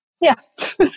Yes